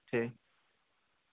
ठीक